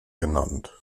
genannt